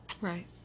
Right